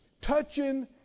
touching